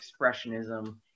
Expressionism